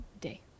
day